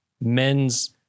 men's